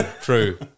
true